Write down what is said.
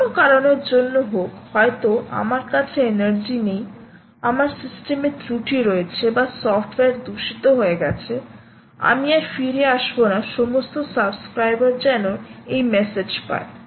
যেকোনো কারণের জন্য হোক হয়তো আমার কাছে এনার্জি নেই আমার সিস্টেম এ ত্রুটি রয়েছে বা সফটওয়্যার দূষিত হয়ে গেছে আমি আর ফিরে আসবো না সমস্ত সাবস্ক্রাইবার যেন এই মেসেজ পায়